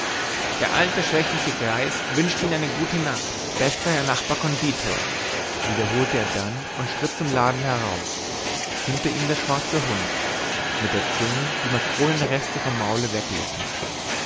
der alte schwächliche greis wünscht ihnen eine gute nacht bester herr nachbar konditor wiederholte er dann und schritt zum laden heraus hinter ihm der schwarze hund mit der zunge die makronenreste vom maule wegleckend